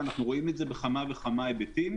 ואנו רואים את זה בכמה וכמה היבטים.